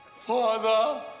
Father